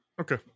Okay